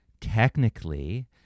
technically